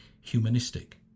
humanistic